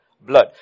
blood